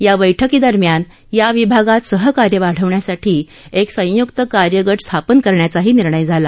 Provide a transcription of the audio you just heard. या बैठकीदरम्यान या विभागात सहकार्य वाढवण्यासाठी एक संयुक्त कार्यगट स्थापन करण्याचाही निर्णय झाला